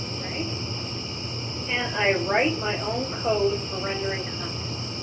right can i write my own code for rendering content